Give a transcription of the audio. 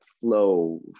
flow